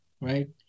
right